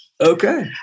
Okay